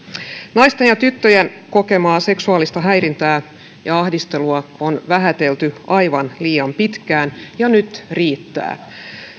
naisten ja tyttöjen kokemaa seksuaalista häirintää ja ahdistelua on vähätelty aivan liian pitkään ja nyt riittää